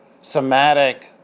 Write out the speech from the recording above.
somatic